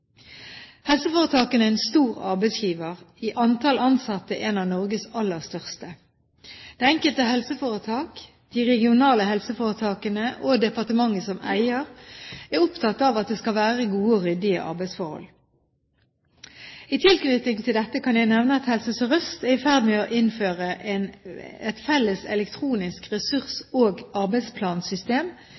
Helseforetakene er en stor arbeidsgiver – i antall ansatte en av Norges aller største. Det enkelte helseforetak, de regionale helseforetakene og departementet som eier er opptatt av at det skal være gode og ryddige arbeidsforhold. I tilknytning til dette kan jeg nevne at Helse Sør-Øst er i ferd med å innføre et felles elektronisk ressurs- og arbeidsplansystem